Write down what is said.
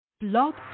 Blog